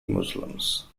muslims